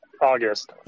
August